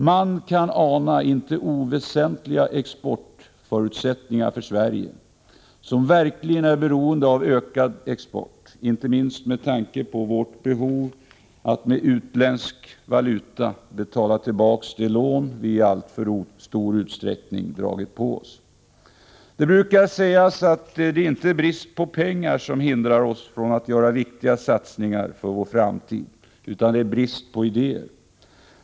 Man kan ana inte oväsentliga exportförutsättningar för Sverige, som verkligen är beroende av ökad export — inte minst med tanke på vårt behov att med utländsk valuta betala tillbaka de lån vi i alltför stor utsträckning dragit på oss. Det brukar sägas att det inte är brist på pengar som hindrar oss från att göra viktiga satsningar för vår framtid, utan brist på idéer.